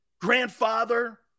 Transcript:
grandfather